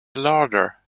larder